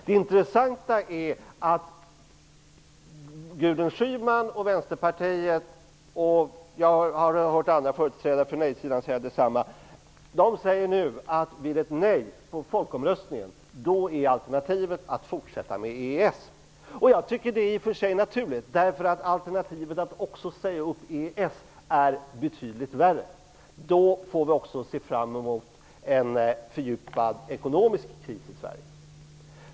Det intressanta är att Gudrun Schyman och Vänsterpartiet samt andra företrädare för nej-sidan säger att vid ett nej vid folkomröstningen är alternativet att Sverige fortsätter med EES-avtalet. Det är i och för sig naturligt, eftersom alternativet att också säga upp EES-avtalet är betydligt värre. Då skulle vi också få se fram mot en fördjupad ekonomisk kris i Sverige.